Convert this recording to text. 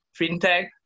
FinTech